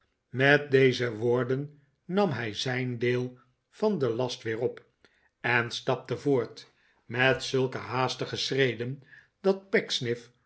met deze woorden nam hij zijn deel van den last weer op en stapte voort met zulke haastige schreden dat